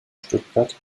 stuttgart